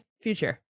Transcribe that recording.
future